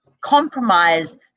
compromise